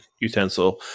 utensil